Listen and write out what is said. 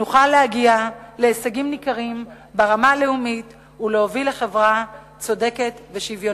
נוכל להגיע להישגים ניכרים ברמה הלאומית ולהוביל לחברה צודקת ושוויונית.